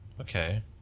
Okay